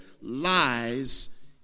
lies